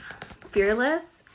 fearless